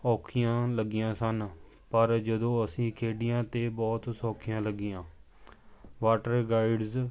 ਔਖੀਆਂ ਲੱਗੀਆਂ ਸਨ ਪਰ ਜਦੋਂ ਅਸੀਂ ਖੇਡੀਆਂ ਤਾਂ ਬਹੁਤ ਸੌਖੀਆਂ ਲੱਗੀਆਂ ਵਾਟਰ ਗਾਈਡਸ